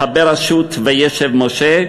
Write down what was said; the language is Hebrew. מחבר השו"ת "וישב משה",